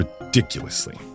ridiculously